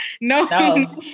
No